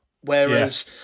Whereas